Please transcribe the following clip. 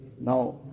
Now